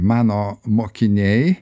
mano mokiniai